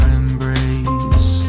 embrace